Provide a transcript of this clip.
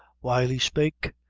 while he spake,